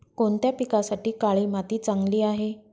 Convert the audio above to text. कोणत्या पिकासाठी काळी माती चांगली आहे?